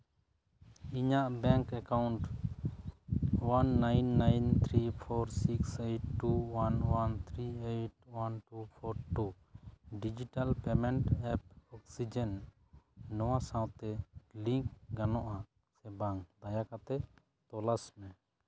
ᱤᱧᱟᱹᱜ bank account one nine nine three four six eight two one one three eight one two four two digital payment app oxygen ᱱᱚᱣᱟ ᱥᱟᱶᱛᱮ link ᱜᱟᱱᱚᱜᱼᱟ ᱥᱮ ᱵᱟᱝ ᱫᱟᱭᱟ ᱠᱟᱛᱮᱫ ᱛᱚᱞᱟᱥ ᱢᱮ